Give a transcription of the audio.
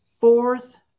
Fourth